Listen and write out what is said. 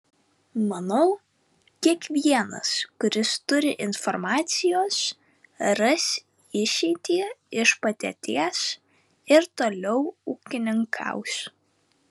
manau kiekvienas kuris turi informacijos ras išeitį iš padėties ir toliau ūkininkaus